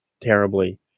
terribly